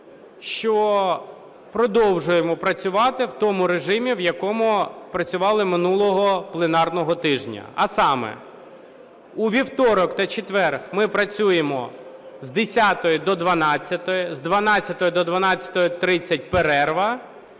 що продовжуємо працювати в тому режимі, в якому працювали минулого пленарного тижня. А саме: у вівторок та четвер ми працюємо з 10-ї до 12-ї, з 12-ї до 12:30 – перерва,